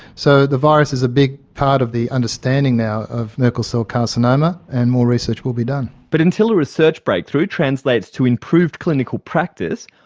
so the virus is a big part of the understanding now of merkel cell carcinoma, and more research will be done. but until a research breakthrough translates to improved clinical practice,